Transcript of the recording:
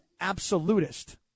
absolutist